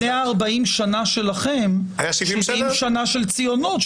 לפני 40 שנה שלכם היו 70 שנה של ציונות,